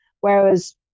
Whereas